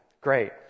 Great